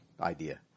idea